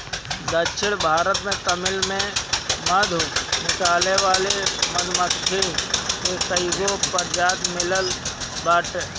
दक्षिण भारत के तमिलनाडु में मधु लियावे वाली मधुमक्खी के कईगो प्रजाति मिलत बावे